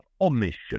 omission